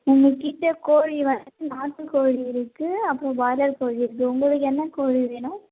நம்மக்கிட்ட கோழி வந்து நாட்டு கோழி இருக்குது அப்புறம் பாய்லர் கோழி இருக்குது உங்களுக்கு என்ன கோழி வேணும்